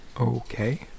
Okay